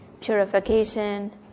purification